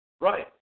Right